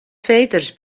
veters